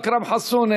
אכרם חסון,